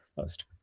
first